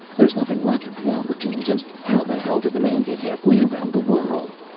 there's nothing left of the albertines. and how the hell did the man get half way around the world?